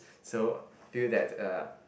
so I feel that uh